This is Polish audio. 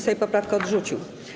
Sejm poprawkę odrzucił.